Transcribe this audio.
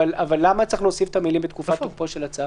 למה צריך להוסיף את המילים "בתקופת תוקפו של הצו"?